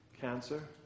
cancer